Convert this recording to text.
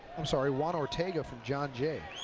i'm sorry, juan ortega from john jay.